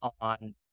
on